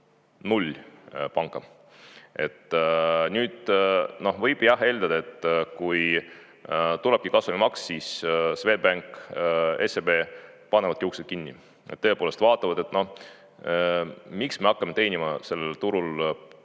null panka. Nüüd võib eeldada, et kui tulebki kasumimaks, siis Swedbank ja SEB panevad uksed kinni. Tõepoolest vaatavad, miks me hakkame teenima sellel turul pool